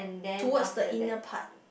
towards the inner part